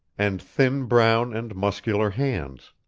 and thin brown and muscular hands.